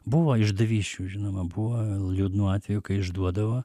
buvo išdavysčių žinoma buvo liūdnų atvejų kai išduodavo